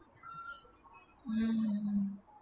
um